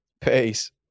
Peace